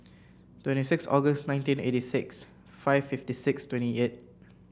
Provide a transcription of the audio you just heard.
twenty six August nineteen eighty six five fifty six twenty eight